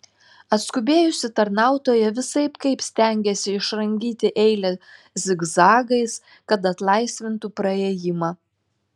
atskubėjusi tarnautoja visaip kaip stengėsi išrangyti eilę zigzagais kad atlaisvintų praėjimą